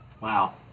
Wow